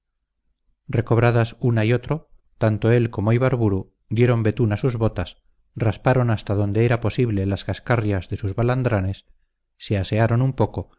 recobradas una y otro tanto él como ibarburu dieron betún a sus botas rasparon hasta donde era posible las cascarrias de sus balandranes se asearon un poco